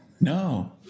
no